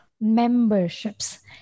memberships